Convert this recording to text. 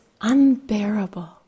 unbearable